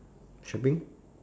shopping